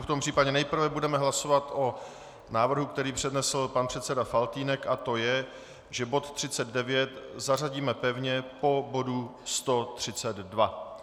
V tom případě budeme nejprve hlasovat o návrhu, který přednesl pan předseda Faltýnek, a to je, že bod 39 zařadíme pevně po bodu 132.